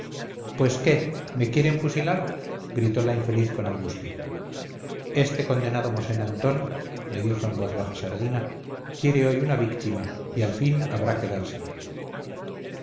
pues qué me quieren fusilar gritó la infeliz con angustia este condenado mosén antón me dijo en voz baja sardina quiere hoy una víctima y al fin habrá que dársela